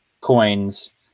coins